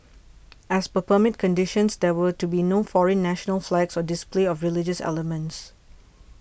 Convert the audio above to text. as per permit conditions there were to be no foreign national flags or display of religious elements